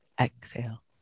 Exhale